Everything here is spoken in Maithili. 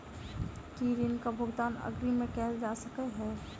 की ऋण कऽ भुगतान अग्रिम मे कैल जा सकै हय?